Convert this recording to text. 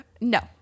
No